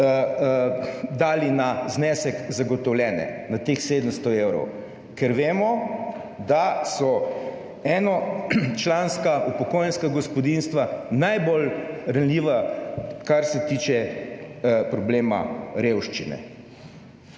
dali na znesek zagotovljene, na teh 700 evrov. Ker vemo, da so enočlanska upokojenska gospodinjstva najbolj ranljiva, kar se tiče problema revščine.